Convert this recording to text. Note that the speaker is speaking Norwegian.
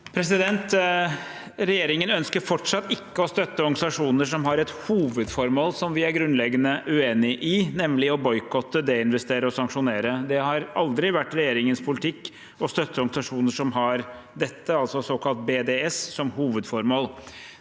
Re- gjeringen ønsker fortsatt ikke å støtte organisasjoner som har et hovedformål som vi er grunnleggende uenig i, nemlig å boikotte, desinvestere og sanksjonere. Det har aldri vært regjeringens politikk å støtte organisasjoner som har dette, altså såkalt BDS, som hovedformål.